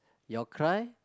your cry